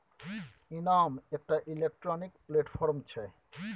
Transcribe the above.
इनाम एकटा electronic platform छै